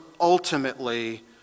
ultimately